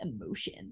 emotion